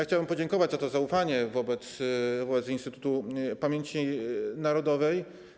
Chciałbym podziękować za to zaufanie wobec władz Instytutu Pamięci Narodowej.